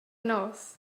nos